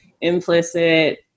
implicit